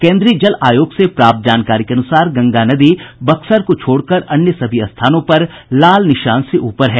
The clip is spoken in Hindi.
केन्द्रीय जल आयोग से प्राप्त जानकारी के अनुसार गंगा नदी बक्सर को छोड़कर अन्य सभी स्थानों पर लाल निशान से ऊपर है